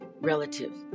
relative